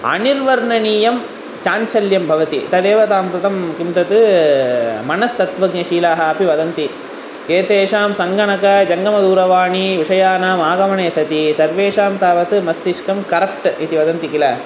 अनिर्वर्णनीयं चाञ्चल्यं भवति तदेव तां कृतं किं तत् मनस्तत्वज्ञशीलाः अपि वदन्ति एतेषां सङ्गणक जङ्गमदूरवाणी विषयानां आगमने सति सर्वेषां तावत् मस्तिष्कं करक्ट् इति वदन्ति किल